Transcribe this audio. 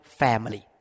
family